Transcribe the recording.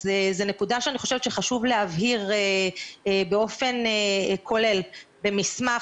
אז זו נקודה שאני חושבת שחשוב להבהיר באופן כולל במסמך